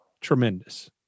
tremendous